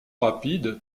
rapide